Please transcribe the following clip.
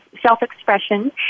self-expression